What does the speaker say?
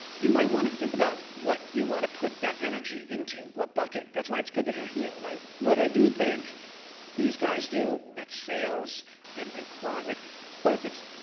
you might want to think about what you want to put that energy into, what bucket. that's why it's good that you're here, right? what i do think these guys do that's sales and and quant like or if it's,